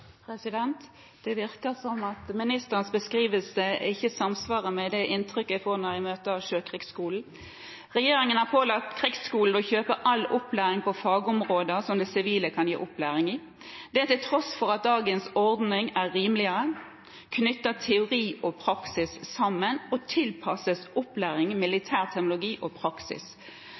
Det virker som om ministerens beskrivelse ikke samsvarer med det inntrykket jeg får når jeg møter Sjøkrigsskolen. Regjeringen har pålagt Krigsskolen å kjøpe all opplæring på fagområder som de sivile kan gi opplæring i – det til tross for at dagens ordning er rimeligere, knytter teori og praksis sammen og tilpasses opplæring i militær terminologi og praksis.